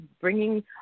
bringing